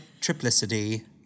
triplicity